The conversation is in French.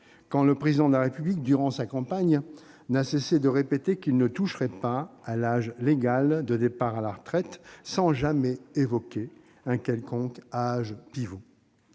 quand le Président de la République, durant sa campagne, n'a cessé de répéter qu'il ne toucherait pas à l'âge légal de départ à la retraite, sans jamais évoquer un quelconque âge pivot,